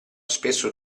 spesso